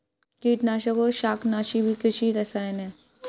कीटनाशक और शाकनाशी भी कृषि रसायन हैं